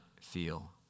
feel